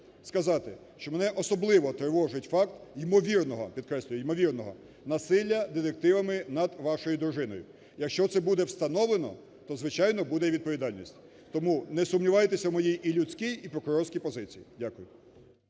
сказати, що мене особливо тривожить факт імовірного, підкреслюю, імовірного насилля детективами над вашою дружиною. Якщо це буде встановлено то звичайно буде відповідальність. Тому не сумнівайтеся в моїй і людській, і прокурорській позиції. Дякую.